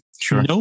Sure